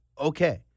okay